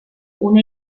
una